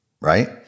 right